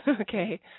Okay